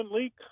leak